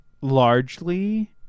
largely